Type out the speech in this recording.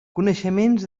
coneixements